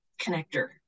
connector